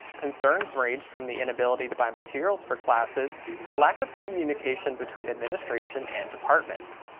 concerns ranged from the inability to buy materials for classes to lack of communication between administration and departments.